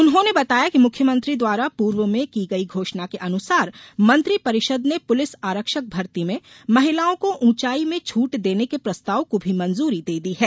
उन्होंने बताया कि मुख्यमंत्री द्वारा पूर्व में की गई घोषणा के अनुसार मंत्रिपरिषद ने पुलिस आरक्षक भर्ती में महिलाओं को ऊंचाई में छूट देने के प्रस्ताव को भी मंजूरी दे दी है